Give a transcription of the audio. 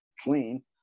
clean